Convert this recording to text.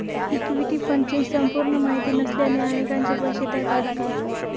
equity फंडची संपूर्ण माहिती नसल्याने अनेकांचे पैसे त्यात अडकले